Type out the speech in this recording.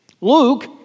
Luke